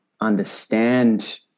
understand